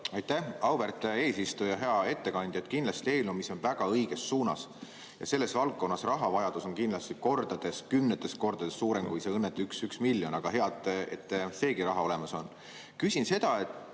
Aitäh, auväärt eesistuja! Hea ettekandja! Kindlasti on see eelnõu, mis on väga õiges suunas. Selles valdkonnas rahavajadus on kindlasti kümnetes kordades suurem kui see õnnetu 1 miljon, aga hea, et seegi raha olemas on. Küsin seda, et